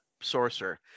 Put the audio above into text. Sorcerer